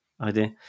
idea